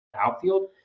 outfield